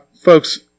folks